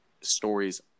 stories